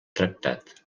tractat